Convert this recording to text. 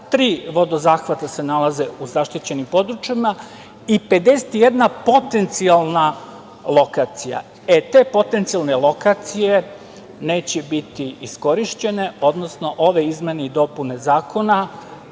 vodozahvata se nalaze u zaštićenim područjima i 51 potencijalna lokacija. Te potencijalne lokacije neće biti iskorišćene, odnosno ove izmene i dopune zakona